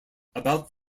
about